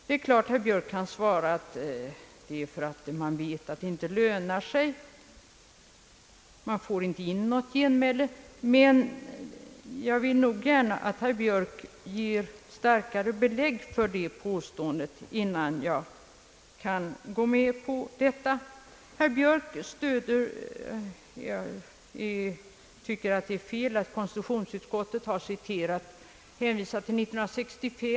Det är klart att herr Björk kan svara att det hela beror på att man vet att det inte lönar sig — man får inte in något genmäle. Men jag vill nog gärna att herr Björk ger starkare belägg för detta påstående innan jag kan acceptera det. Herr Björk tycker att det är fel att konstitutionsutskottet hänvisar till sitt utlåtande av år 1965.